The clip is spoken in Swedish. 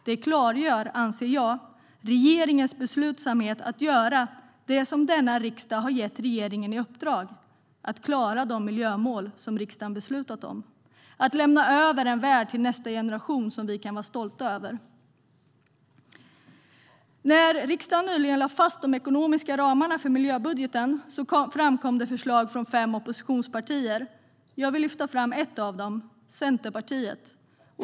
Det klargör, anser jag, regeringens beslutsamhet att göra det denna riksdag har gett regeringen i uppdrag, att klara de miljömål riksdagen har beslutat om och till nästa generation lämna över en värld vi kan vara stolta över. När riksdagen nyligen lade fast de ekonomiska ramarna för miljöbudgeten framkom det förslag från fem oppositionspartier. Jag vill lyfta fram ett av dem, nämligen Centerpartiets.